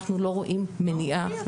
אנחנו לא רואים מניעה.